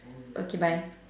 okay bye